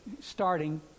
starting